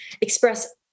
express